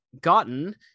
gotten